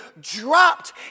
dropped